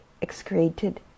excreted